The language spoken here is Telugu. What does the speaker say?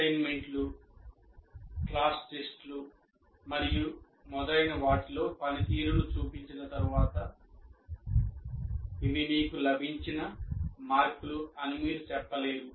అసైన్మెంట్లు క్లాస్ టెస్ట్లు మరియు మొదలైన వాటిలో పనితీరును చూసిన తరువాత ఇవి మీకు లభించిన మార్కులు అని మీరు చెప్పలేరు